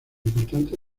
importante